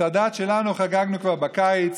את הדת שלנו חגגנו כבר בקיץ,